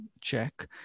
check